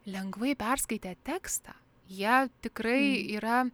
lengvai perskaitę tekstą jie tikrai yra